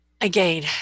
again